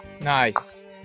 nice